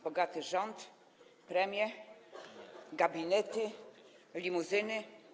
Bogaty rząd, premie, gabinety, limuzyny.